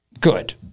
Good